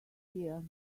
here